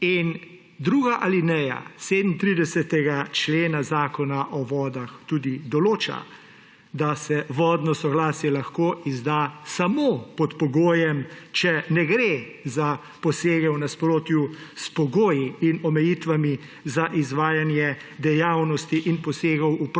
druga alineja 37. člena Zakona o vodah tudi določa, da se vodno soglasje lahko izda samo pod pogojem, če ne gre za posege v nasprotju s pogoji in omejitvami za izvajanje dejavnosti in posegov v prostor